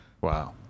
Wow